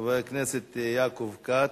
חבר הכנסת יעקב כץ,